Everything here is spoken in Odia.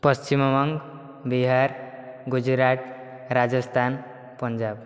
ପଶ୍ଚିମବଙ୍ଗ ବିହାର ଗୁଜୁରାଟ ରାଜସ୍ଥାନ ପଞ୍ଜାବ